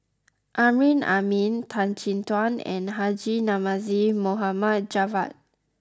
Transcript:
Amrin Amin Tan Chin Tuan and Haji Namazie Mohd Javad